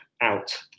out